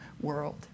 world